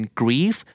grief